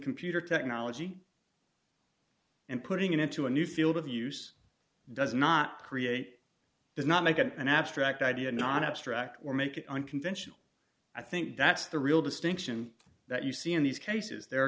computer technology and putting it into a new field of use does not create does not make it an abstract idea not abstract or make it unconventional i think that's the real distinction that you see in these cases they're